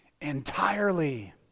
entirely